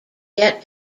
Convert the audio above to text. yet